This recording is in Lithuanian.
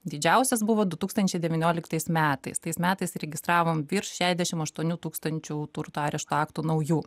didžiausias buvo du tūkstančiai devynioliktais metais tais metais registravom virš šešiasdešim aštuonių tūkstančių turto arešto aktų naujų